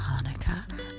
Hanukkah